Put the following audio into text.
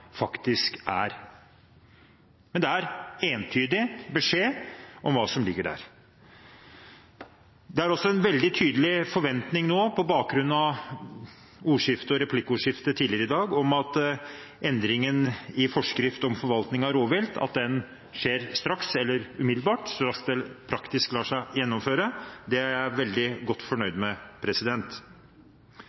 faktisk nå. Men det er en entydig beskjed om hva som ligger der. Det er også en veldig tydelig forventning nå, på bakgrunn av ordskiftet og replikkordskiftet tidligere i dag, om at endringen i forskrift om forvaltning av rovvilt skjer straks eller umiddelbart – så raskt det praktisk lar seg gjennomføre. Det er jeg veldig godt fornøyd med.